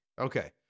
Okay